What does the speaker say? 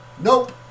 nope